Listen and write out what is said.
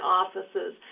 offices